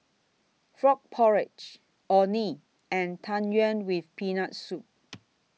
Frog Porridge Orh Nee and Tang Yuen with Peanut Soup